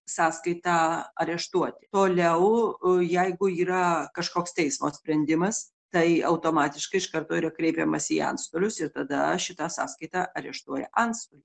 sąskaitą areštuot toliau jeigu yra kažkoks teismo sprendimas tai automatiškai iš karto yra kreipiamasi į antstolius ir tada šitą sąskaitą areštuoja antstol